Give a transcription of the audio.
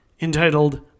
entitled